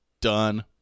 done